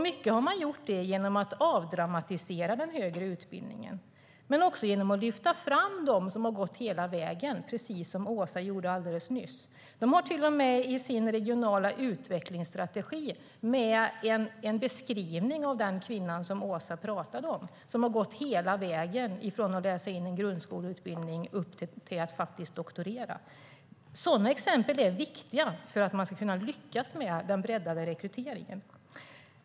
Mycket har skett genom att man avdramatiserat den högre utbildningen men också genom att man lyft fram dem som gått hela vägen, precis som Åsa. De har i sin regionala utvecklingsstrategi till och med en beskrivning av den kvinna som Åsa talade om, hon som gått hela vägen från att läsa in en grundskoleutbildning till att doktorera. Sådana exempel är viktiga för att lyckas med den breddade rekryteringen.